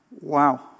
Wow